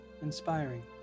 inspiring